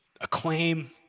acclaim